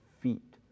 feet